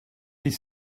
his